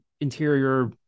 interior